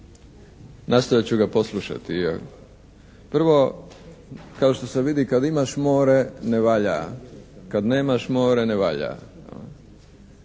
nastojat ću ga poslušati. Prvo, kao što se vidi kad imaš more ne valja, kad nemaš more ne valja.